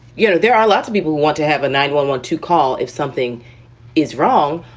you know, there are lots of people want to have a nine one want to call if something is wrong.